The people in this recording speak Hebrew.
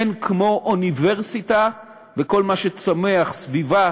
אין כמו אוניברסיטה וכל מה שצומח סביבה,